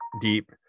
deep